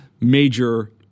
major